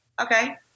okay